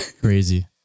Crazy